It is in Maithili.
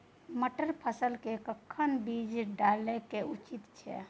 मटर फसल के कखन बीज डालनाय उचित छै?